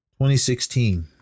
2016